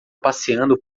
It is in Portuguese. passeando